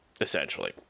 essentially